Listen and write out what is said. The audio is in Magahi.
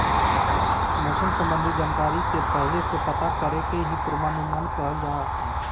मौसम संबंधी जानकारी के पहले से पता करे के ही पूर्वानुमान कहल जा हय